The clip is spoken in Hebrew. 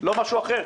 לא משהו אחר.